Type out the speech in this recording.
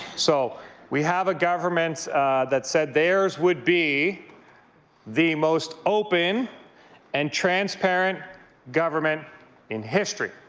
so we have a government that said theirs would be the most open and transparent government in history.